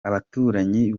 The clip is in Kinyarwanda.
abaturanyi